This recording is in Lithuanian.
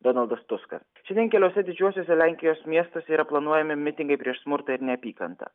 donaldas tuskas šiandien keliuose didžiuosiuose lenkijos miestuose yra planuojami mitingai prieš smurtą ir neapykantą